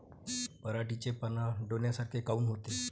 पराटीचे पानं डोन्यासारखे काऊन होते?